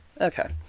okay